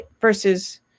versus